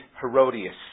Herodias